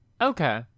Okay